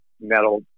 metal